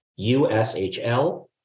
USHL